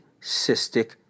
cystic